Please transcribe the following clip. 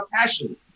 passion